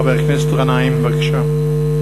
חבר הכנסת גנאים, בבקשה.